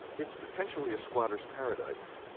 it's potentially a squatters paradise,